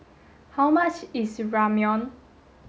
how much is Ramyeon